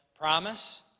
Promise